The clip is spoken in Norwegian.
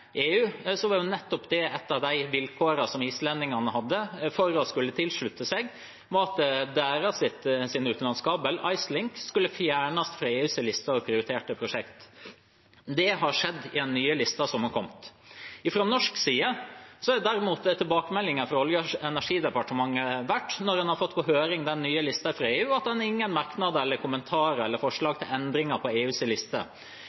EU, var nettopp ett av de vilkårene som islendingene hadde for å skulle tilslutte seg, at deres utenlandskabel, Icelink, skulle fjernes fra EUs liste over prioriterte prosjekter. Det har skjedd i den nye listen som har kommet. Fra norsk side har derimot tilbakemeldingene fra Olje- og energidepartementet vært, når en har fått på høring den nye listen fra EU, at en ikke har noen merknader eller kommentarer eller forslag til endringer på EUs liste.